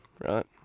right